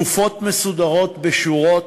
גופות מסודרות בשורות,